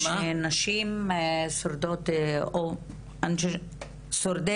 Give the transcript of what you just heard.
שנשים שורדות ושורדי